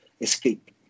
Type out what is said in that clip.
escape